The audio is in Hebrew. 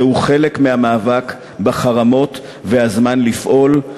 זהו חלק מהמאבק בחרמות וזה הזמן לפעול.